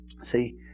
See